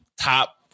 top